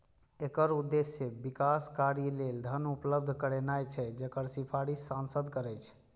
एकर उद्देश्य विकास कार्य लेल धन उपलब्ध करेनाय छै, जकर सिफारिश सांसद करै छै